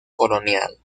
colonial